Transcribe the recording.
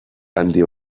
handi